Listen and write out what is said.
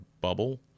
bubble